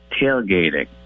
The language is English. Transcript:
tailgating